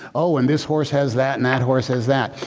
oh and this horse has that and that horse has that.